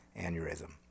aneurysm